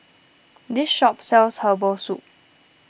this shop sells Herbal Soup